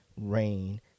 rain